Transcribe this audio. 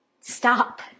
stop